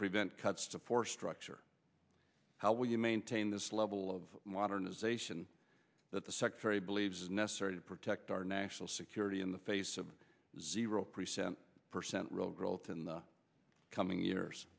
prevent cuts to force structure how will you maintain this level of modernization that the secretary believes is necessary to protect our national security in the face of zero percent percent real growth in the coming years